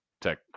tech